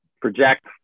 project